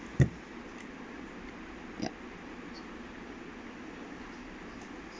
ya